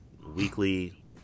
Weekly